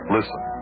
Listen